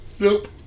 Nope